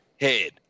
head